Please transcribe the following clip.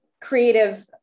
creative